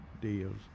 deals